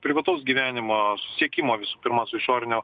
privataus gyvenimo siekimo visų pirma su išorinio